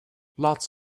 lots